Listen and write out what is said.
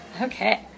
Okay